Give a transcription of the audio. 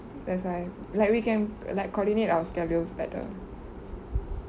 that's why like we can like coordinate our schedules better